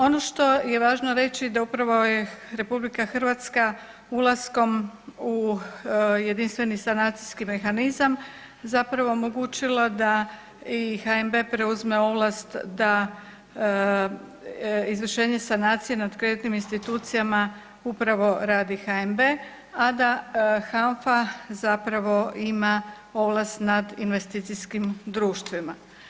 Ono što je važno reći da upravo je RH ulaskom u jedinstveni sanacijski mehanizam omogućilo da i HNB preuzme ovlast da izvršenje sanacije nad kreditnim institucijama upravo radi HNB, a da HANFA ima ovlast nad investicijskim društvima.